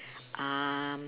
um